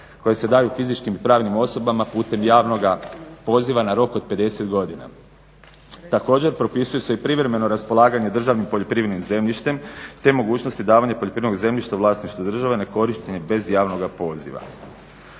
koji se daju fizičkim i pravnim osobama putem javnog poziva na rok od 50 godina. Također propisuje se i privremeno raspolaganje državnim poljoprivrednim zemljištem te mogućnosti davanja poljoprivrednog zemljišta u vlasništvu države na korištenje bez javnog poziva.